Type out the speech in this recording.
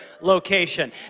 location